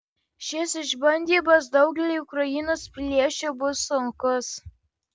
šis išbandymas daugeliui ukrainos piliečių bus sunkus